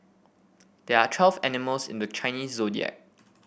there are twelve animals in the Chinese Zodiac